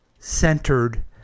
centered